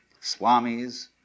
swamis